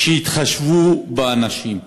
שיתחשבו באנשים,